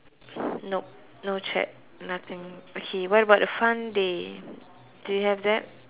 nope no track nothing okay what about the fun day do you have that